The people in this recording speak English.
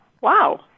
Wow